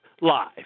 Live